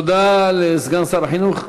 תודה לסגן שר החינוך.